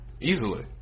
easily